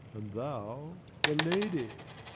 and thou the lady.